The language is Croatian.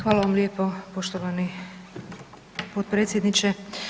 Hvala vam lijepo poštovani potpredsjedniče.